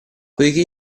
poiché